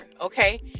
Okay